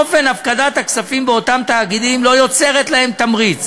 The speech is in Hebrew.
אופן הפקדת הכספים באותם תאגידים לא יוצר להם תמריץ